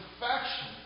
perfection